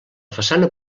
façana